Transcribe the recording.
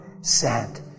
sent